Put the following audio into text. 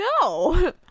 no